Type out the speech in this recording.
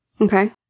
okay